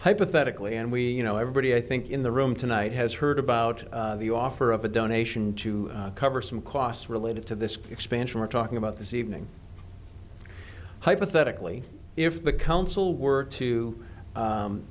hypothetically and we know everybody i think in the room tonight has heard about the offer of a donation to cover some costs related to this expansion we're talking about this evening hypothetically if the council were to